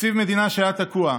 מדינה שהיה תקוע.